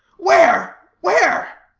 where? where?